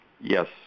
Yes